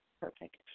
Perfect